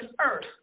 earth